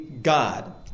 God